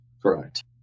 Correct